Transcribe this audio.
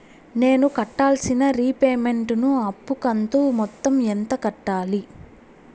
నేను కట్టాల్సిన రీపేమెంట్ ను అప్పు కంతు మొత్తం ఎంత కట్టాలి?